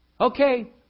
Okay